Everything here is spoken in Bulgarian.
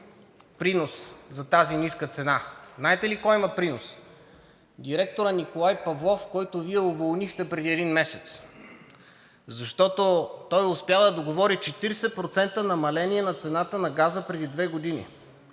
принос за тази ниска цена. Знаете ли кой има принос? Директорът Николай Павлов, който Вие уволнихте преди един месец, защото той успя да договори 40% намаление на цената на газа преди две години.